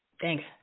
Thanks